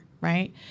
right